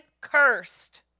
cursed